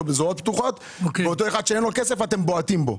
בזרועות פתוחות ואותו אחד שאין לו כסף אתם בועטים בו.